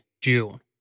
June